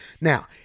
Now